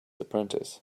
apprentice